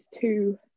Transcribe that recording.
two